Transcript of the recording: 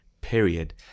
period